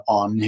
on